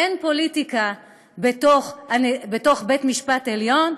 אין פוליטיקה בתוך בית-המשפט עליון?